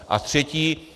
A třetí.